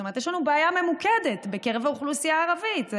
זאת אומרת שיש לנו בעיה ממוקדת בקרב האוכלוסייה הערבית,